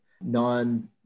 non